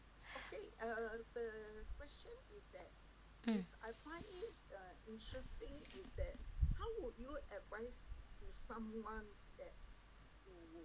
mm